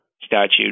statute